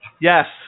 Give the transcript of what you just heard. Yes